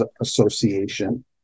Association